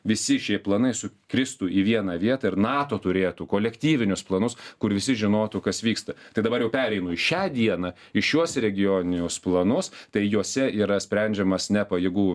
visi šie planai sukristų į vieną vietą ir nato turėtų kolektyvinius planus kur visi žinotų kas vyksta tai dabar jau pereinu į šią dieną į šiuos regioninius planus tai juose yra sprendžiamas ne pajėgų